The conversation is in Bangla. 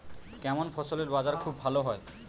কেমন ফসলের বাজার খুব ভালো হয়?